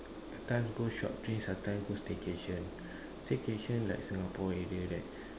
at times go short place at times go staycation staycation like Singapore area right